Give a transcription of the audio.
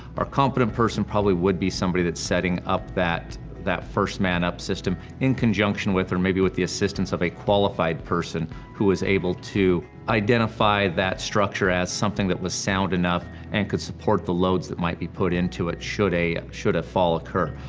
our competent person probably would be somebody that is setting up that that first man up system, in conjunction with, or maybe with the assistance of a qualified person, who is able to identify that structure as something that was sound enough and could support the loads that might be put into it should a should a fall occur.